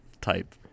type